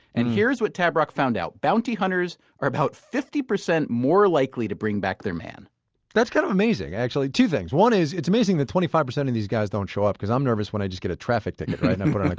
and here's what tabarrok found out bounty hunters are about fifty percent more likely to bring back their man that's kind of amazing, actually. two things one thing, it's amazing that twenty five percent of these guys don't show up, because i'm nervous when i just get a traffic ticket, right? but like